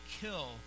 kill